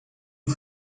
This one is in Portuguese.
por